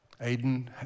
Aiden